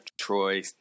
Troy